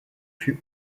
fut